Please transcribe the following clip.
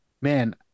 man